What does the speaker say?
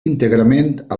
íntegrament